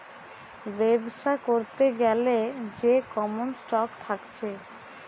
বেবসা করতে গ্যালে যে কমন স্টক থাকছে